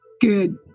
Good